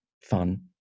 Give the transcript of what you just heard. fun